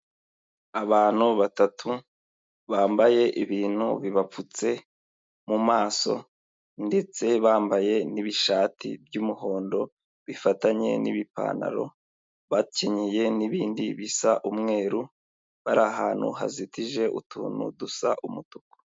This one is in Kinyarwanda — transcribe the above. Abantu batatu bambaye ibintu bibapfutse mu maso ndetse bambaye n'ibishati by'umuhondo bifatanye n'ibipantaro, bakenyeye n'ibindi bisa umweru, bari ahantu hazitije utuntu dusa umutuku.